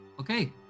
Okay